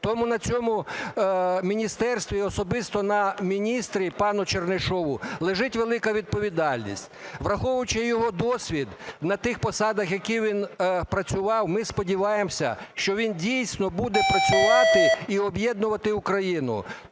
Тому на цьому міністерстві і особисто на міністрі пану Чернишову лежить велика відповідальність. Враховуючи його досвід на тих посадах, на яких він працював, ми сподіваємося, що він дійсно буде працювати і об'єднувати Україну.